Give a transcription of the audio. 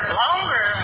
longer